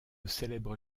célèbres